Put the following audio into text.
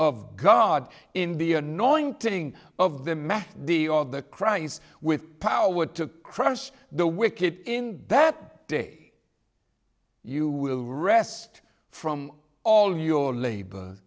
of god in be annoying ting of them at the all the cries with power to crush the wicked in that day you will rest from all your labor